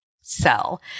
sell